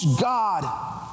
God